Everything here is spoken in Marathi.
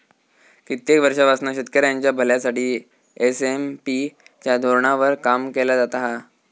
कित्येक वर्षांपासना शेतकऱ्यांच्या भल्यासाठी एस.एम.पी च्या धोरणावर काम केला जाता हा